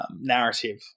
narrative